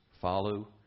follow